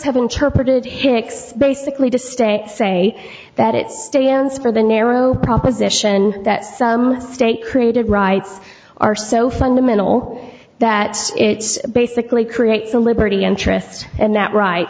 have interpreted hicks basically to state say that it stands for the narrow proposition that some state created rights are so fundamental that it's basically creates a liberty interest and that right